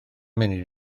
munud